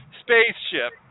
spaceship